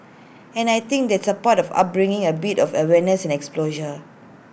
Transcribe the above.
and I think that's A part of upbringing A bit of awareness exposure